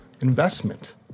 investment